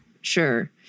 Sure